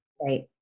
Right